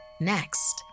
Next